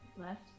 Left